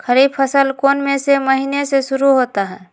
खरीफ फसल कौन में से महीने से शुरू होता है?